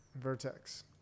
Vertex